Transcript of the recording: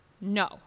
No